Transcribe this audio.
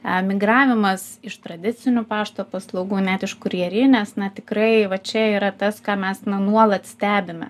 emigravimas iš tradicinių pašto paslaugų net iš kurjerinės na tikrai va čia yra tas ką mes nuolat stebime